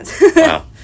Wow